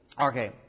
Okay